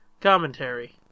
commentary